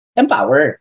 empower